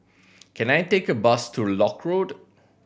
can I take a bus to Lock Road